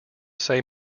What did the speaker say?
same